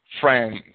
friends